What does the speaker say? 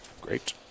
great